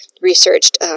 researched